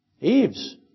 Eve's